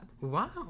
wow